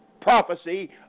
prophecy